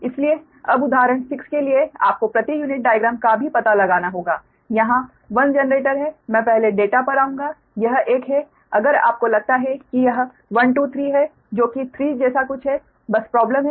इसलिए अब उदाहरण 6 के लिए आपको प्रति यूनिट डाइग्राम का भी पता लगाना होगा यहां 1 जनरेटर है मैं पहले डेटा पर आऊंगा यह एक है अगर आपको लगता है कि यह 1 2 3 है जो कि 3 जैसा कुछ है बस प्रोब्लम है